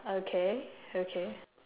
okay okay